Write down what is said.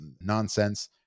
nonsense